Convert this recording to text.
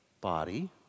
body